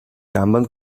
kanban